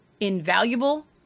invaluable